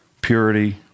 Purity